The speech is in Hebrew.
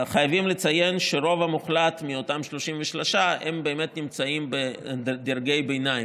חייבים לציין שהרוב המוחלט מאותם 33 באמת נמצאים בדרגי ביניים,